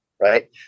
Right